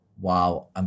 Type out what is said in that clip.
wow